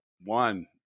One